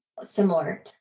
similar